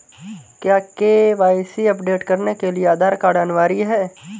क्या KYC update करने के लिए आधार कार्ड अनिवार्य है?